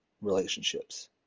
relationships